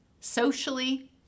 socially